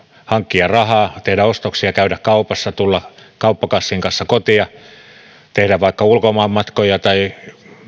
hankkia rahaa tehdä ostoksia käydä kaupassa tulla kauppakassin kanssa kotiin tehdä vaikka ulkomaanmatkoja tai